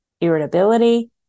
irritability